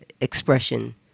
expression